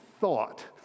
thought